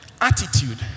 Attitude